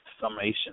summation